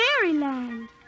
fairyland